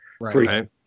Right